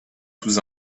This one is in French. sous